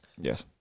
Yes